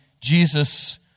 Jesus